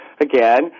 again